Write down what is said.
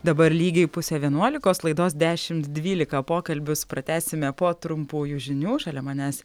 dabar lygiai pusė vienuolikos laidos dešimt dvylika pokalbius pratęsime po trumpųjų žinių šalia manęs